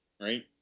Right